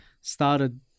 started